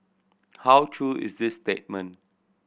how true is this statement